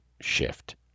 shift